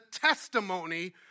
testimony